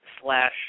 slash